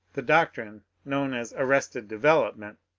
the doctrine known as arrested development,